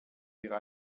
wir